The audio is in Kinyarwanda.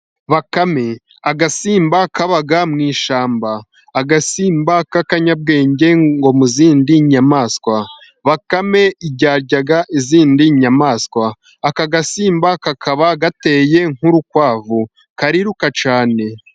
Bakame agasimba kaba mu ishyamba，agasimba k'akanyabwenge， ngo mu zindi nyamaswa， bakame iryarya izindi nyamaswa. Aka gasimba kakaba gateye nk'urukwavu， kariruka cyane.